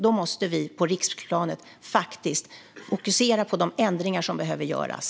Vi måste på riksplanet fokusera på ändringar som behöver göras.